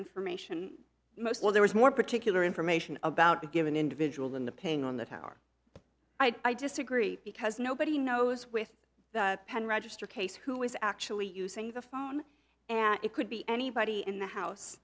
information most well there is more particular information about a given individual than the pain on the tower i disagree because nobody knows with the pen register case who is actually using the phone and it could be anybody in the house